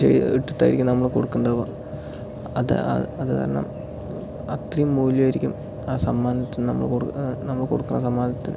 ചെയ്യിട്ടായിരിക്കും നമ്മള് കൊടുക്കുന്നുണ്ടാവുക അത് ആ അത് കാരണം അത്രയും മൂല്യമായിരിക്കും ആ സമ്മാനത്തിന് നമ്മൾ കൊടുക്കുക ആ നമ്മള് കൊടുക്കണ സമ്മാനത്തിന്